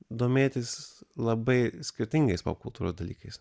domėtis labai skirtingais popkultūros dalykais